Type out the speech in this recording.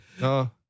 No